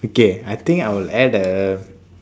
okay I think I'll add a